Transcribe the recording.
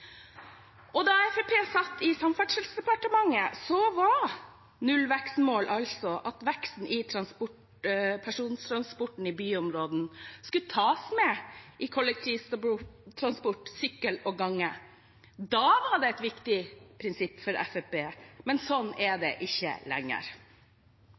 fram. Da Fremskrittspartiet satt i Samferdselsdepartementet, var det et nullvekstmål, altså at veksten i persontransporten i byområdene skulle tas med kollektivtransport, sykkel og gange. Da var det et viktig prinsipp for Fremskrittspartiet, men sånn